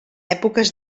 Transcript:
èpoques